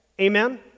amen